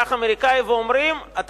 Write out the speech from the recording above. אנחנו באים לאזרח אמריקני ואומרים: אתה